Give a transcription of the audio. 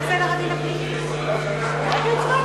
הצעת חוק לתיקון פקודת הרוקחים (הוראת שעה),